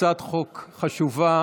הצעת החוק חשובה,